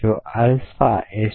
જો alpha S